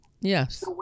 Yes